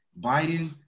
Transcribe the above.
Biden